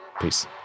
peace